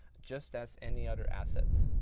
just as any other asset.